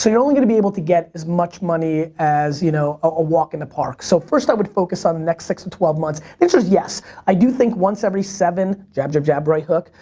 so you know won't gonna be able to get as much money as you know a walk in the park so, first i would focus on next six to twelve months. the answer's yes i do think once every seven jab, jab, jab, right hook!